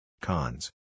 Cons